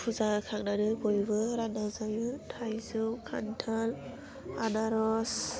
फुजा होखांनानै बयबो रानना जायो थाइजौ खान्थाल आनारस